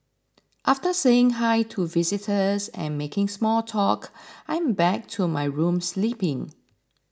after saying Hi to visitors and making small talk I'm back to my room sleeping